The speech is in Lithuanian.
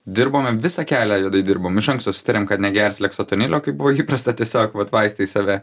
dirbome visą kelią juodai dirbom iš anksto susitarėm kad negers leksotanilio kaip buvo įprasta tiesiog vat vaistais save